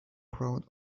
crowd